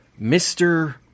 Mr